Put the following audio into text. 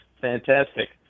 fantastic